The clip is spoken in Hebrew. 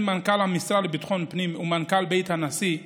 מנכ"ל המשרד לביטחון הפנים למנכ"ל בית הנשיא ביולי,